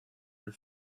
and